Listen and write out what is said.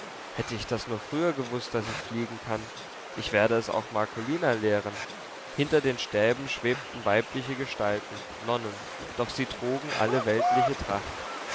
hätte ich das nur früher gewußt daß ich fliegen kann ich werde es auch marcolina lehren hinter den stäben schwebten weibliche gestalten nonnen doch sie trugen alle weltliche tracht